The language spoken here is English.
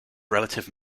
relative